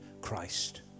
Christ